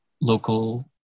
local